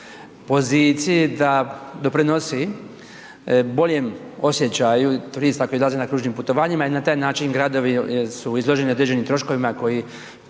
poziciji da doprinosi boljem osjećaju turista koji izlaze na kružnim putovanjima i na taj način gradovi su izloženi određenim troškovima koje